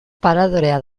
paradorea